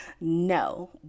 no